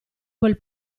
quel